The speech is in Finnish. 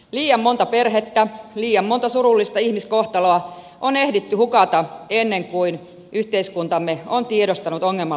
liian monta perhettä liian monta surullista ihmiskohtaloa on ehditty hukata ennen kuin yhteiskuntamme on tiedostanut ongelman laajuuden